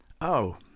Oh